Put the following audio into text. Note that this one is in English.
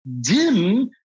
DIM